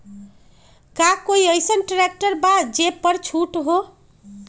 का कोइ अईसन ट्रैक्टर बा जे पर छूट हो?